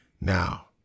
Now